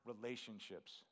relationships